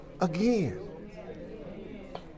again